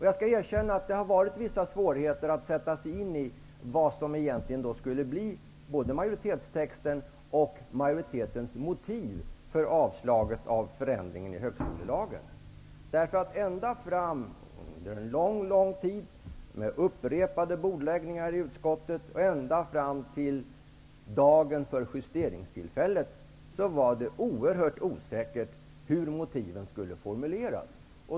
Jag skall erkänna att det har varit vissa svårigheter att sätta sig in i hur majoritetstexten egentligen skulle lyda och vad som skulle bli majoritetens motiv för att avstyrka förändringen i högskolelagen. Under en lång tid, med upprepade bordläggningar i utskottet, ända fram till dagen för justeringstillfället var det oerhört osäkert hur motiven skulle formuleras.